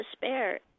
despair